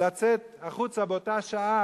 לצאת החוצה באותה השעה,